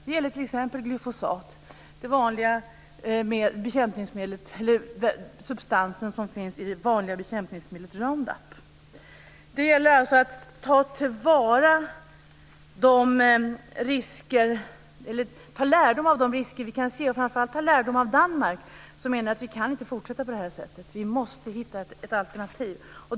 Det gäller t.ex. glyfosat, substansen som finns i det vanliga bekämpningsmedlet Roundup. Det gäller alltså att ta lärdom av de risker vi kan se och framför allt ta lärdom av Danmark, som menar att vi inte kan fortsätta på det här sättet. Vi måste hitta ett alternativ.